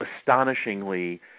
astonishingly